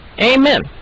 amen